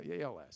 ALS